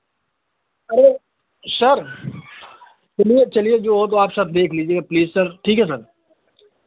अरे सर सुनिए चलिए जो हो तो आप सब देख लीजिएगा प्लीज़ सर ठीक है सर